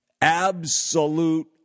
Absolute